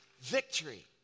Victory